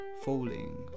falling